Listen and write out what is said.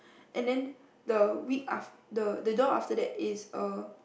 and then the week aft~ the the door after that is err